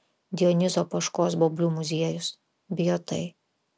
dionizo poškos baublių muziejus bijotai